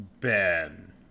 Ben